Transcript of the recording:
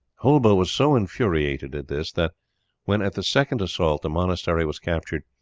hulba was so infuriated at this that when, at the second assault, the monastery was captured,